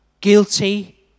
guilty